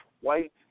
white